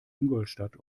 ingolstadt